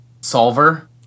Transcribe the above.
solver